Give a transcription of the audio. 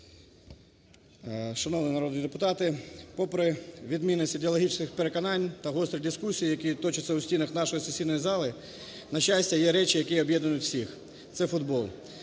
Шановні народні депутати, попри відмінність ідеологічних переконань та гострі дискусії, які точаться у стінах нашої сесійної зали, на щастя, є речі, які об'єднують всіх – це футбол.